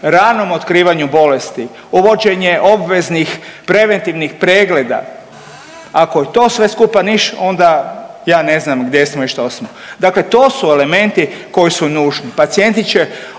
ranom otkrivanju bolesti, uvođenje obveznih preventivnih pregleda ako je to sve skupa niš onda ja ne znam gdje smo i što smo. Dakle, to su elementi koji su nužni. Pacijenti ćemo